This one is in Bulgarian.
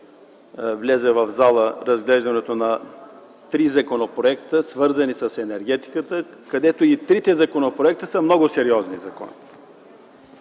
влезе в залата разглеждането на трите законопроекта, свързани с енергетиката. И трите законопроекта са много сериозни –